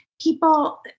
People